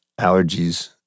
allergies